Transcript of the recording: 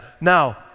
Now